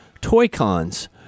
Toy-Cons